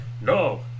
No